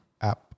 App